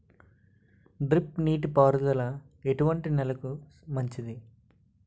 Drip నీటి పారుదల ఎటువంటి నెలలకు మంచిది?